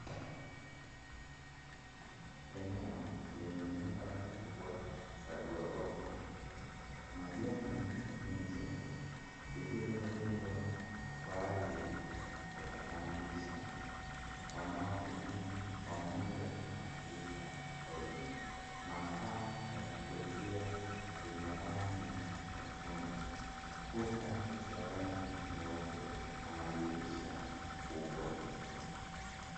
Eneo lenye nyumba kubwa za ghorofa, majani nje zilizojengwa kwaajili ya kupangisha wanaotumia kwa muda na kulipa kodi, mapaa ya kuvutia yenye rangi nyekundu, kuta za rangi nyeupe na madirisha makubwa.